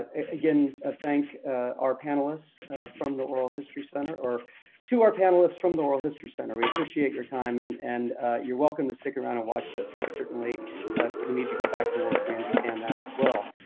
ah again, ah thank our panelists from the oral history center, or to our panelists from the oral history center. we appreciate your time, and and you're welcome to stick around and watch this, but certainly if you need to go back to work, we understand that as well.